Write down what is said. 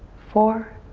four,